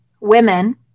women